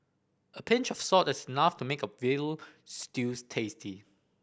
a pinch of salt is enough to make a veal stew tasty